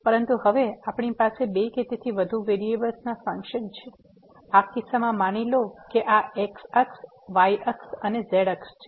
પરંતુ હવે આપણી પાસે બે કે તેથી વધુ વેરીએબલ્સના ફંકશન્સ છે આ કિસ્સામાં માની લો કે આ x અક્ષ y અક્ષ અને z અક્ષ છે